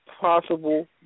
possible